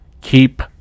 Keep